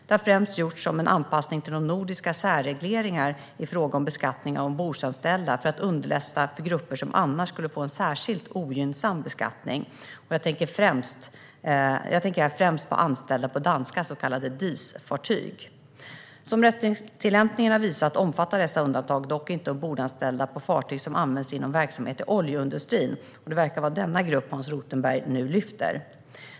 Det har främst gjorts som en anpassning till nordiska särregleringar i fråga om beskattning av ombordanställda, för att underlätta för grupper som annars skulle få en särskilt ogynnsam beskattning. Jag tänker här främst på anställda på danska så kallade DIS-fartyg. Som rättstillämpningen har visat omfattar dessa undantag dock inte ombordanställda på fartyg som används inom verksamhet i oljeindustrin. Det verkar vara denna grupp Hans Rothenberg nu lyfter fram.